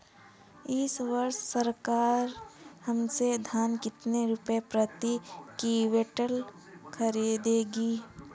इस वर्ष सरकार हमसे धान कितने रुपए प्रति क्विंटल खरीदेगी?